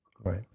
Right